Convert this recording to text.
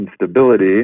instability